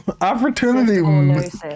Opportunity